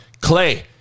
Clay